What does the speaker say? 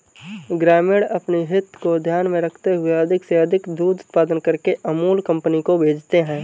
ग्रामीण अपनी हित को ध्यान में रखते हुए अधिक से अधिक दूध उत्पादन करके अमूल कंपनी को भेजते हैं